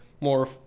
more